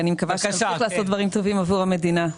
אני מקווה שתמשיך לעשות דברים טובים עבור המדינה.